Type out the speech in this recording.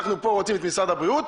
אנחנו פה רוצים את משרד הבריאות,